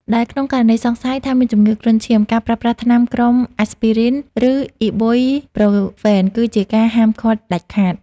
ដែលក្នុងករណីសង្ស័យថាមានជំងឺគ្រុនឈាម ការប្រើប្រាស់ថ្នាំក្រុមអាស្ពីរីន ឬអុីប៊ុយប្រូហ្វែន គឺជាការហាមឃាត់ដាច់ខាត។